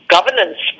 governance